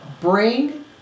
Bring